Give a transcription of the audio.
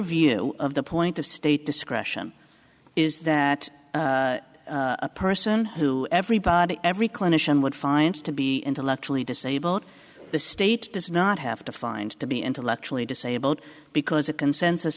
view of the point of state discretion is that a person who everybody every clinician would find to be intellectually disabled the state does not have to find to be intellectually disabled because a consensus